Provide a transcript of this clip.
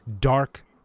dark